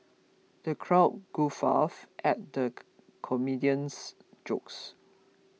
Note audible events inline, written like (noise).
the crowd guffawed at the (hesitation) comedian's jokes